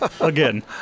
Again